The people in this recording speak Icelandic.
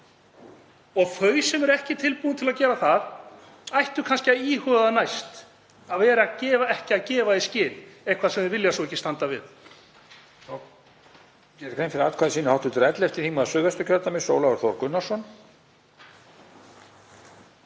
þau sem ekki eru tilbúin til að gera það kannski að íhuga það næst að gefa ekki í skyn eitthvað sem þau vilja svo ekki standa við.